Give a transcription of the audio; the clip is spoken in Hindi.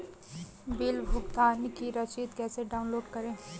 बिल भुगतान की रसीद कैसे डाउनलोड करें?